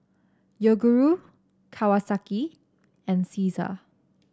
Yoguru Kawasaki and Cesar